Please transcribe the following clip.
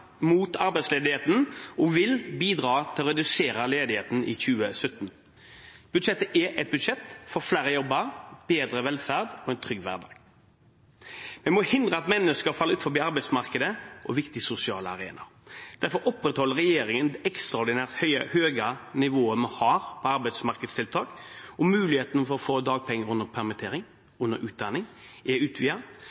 mot arbeidsledigheten og vil bidra til å redusere ledigheten i 2017. Budsjettet er et budsjett for flere jobber, bedre velferd og en trygg hverdag. En må hindre at mennesker faller utenfor arbeidsmarkedet og viktige sosiale arenaer. Derfor opprettholder regjeringen det ekstraordinært høye nivået vi har på arbeidsmarkedstiltak. Muligheten for å få dagpenger under permittering